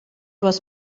was